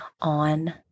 on